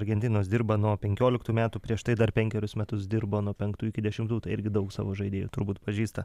argentinos dirba nuo penkioliktų metų prieš tai dar penkerius metus dirbo nuo penktų iki dešimtų tai irgi daug savo žaidėjų turbūt pažįsta